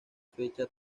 fecha